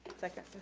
second.